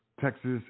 Texas